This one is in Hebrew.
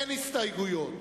אין הסתייגויות.